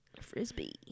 Frisbee